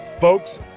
folks